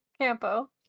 Campo